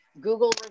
Google